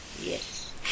Yes